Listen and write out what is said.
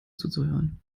zuzuhören